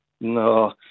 No